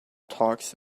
talks